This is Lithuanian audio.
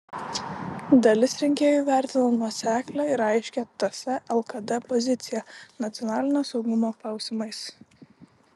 dalis rinkėjų vertina nuoseklią ir aiškią ts lkd poziciją nacionalinio saugumo klausimais